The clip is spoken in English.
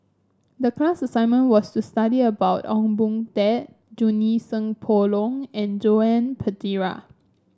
the class assignment was to study about Ong Boon Tat Junie Sng Poh Leng and Joan Pereira